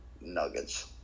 Nuggets